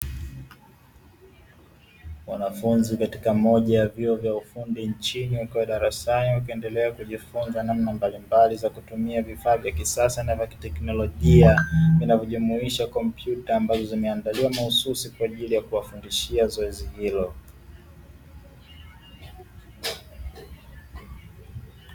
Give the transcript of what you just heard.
Wanafunzi katika moja ya vyuo vya ufundi nchini wakiwa darasani, wakiendelea kujifunza namna mbalimbali za kutumia vifaa vya kisasa na vya teknolojia, vinavyojumuisha kompyuta ambazo zimeandaliwa mahususi kwa ajili ya kuwafundishia zoezi hilo.